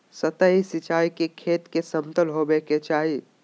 सतही सिंचाई के खेत के समतल होवे के चाही